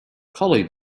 collie